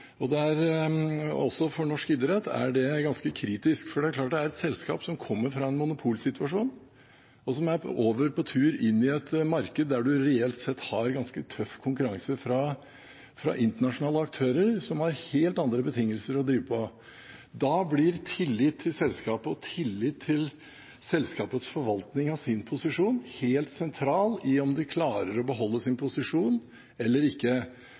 Også for norsk idrett er det ganske kritisk, for det er klart at dette er et selskap som kommer fra en monopolsituasjon, og som er på tur over i et marked der man reelt sett har ganske tøff konkurranse fra internasjonale aktører som har helt andre betingelser å drive på. Da blir tillit til selskapet og tillit til selskapets forvaltning av sin posisjon helt sentralt for om de klarer å beholde sin posisjon eller ikke,